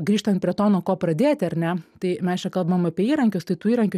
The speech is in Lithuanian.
grįžtant prie to nuo ko pradėti ar ne tai mes čia kalbam apie įrankius tai tų įrankių